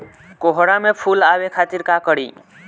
कोहड़ा में फुल आवे खातिर का करी?